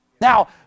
Now